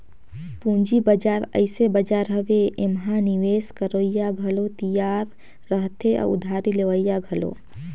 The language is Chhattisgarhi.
पंूजी बजार अइसे बजार हवे एम्हां निवेस करोइया घलो तियार रहथें अउ उधारी लेहोइया घलो